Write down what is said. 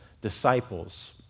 disciples